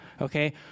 okay